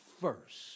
first